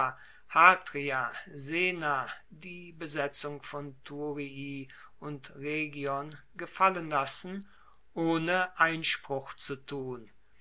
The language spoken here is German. hatria sena die besetzung von thurii und rhegion gefallen lassen ohne einspruch zu tun